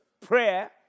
prayer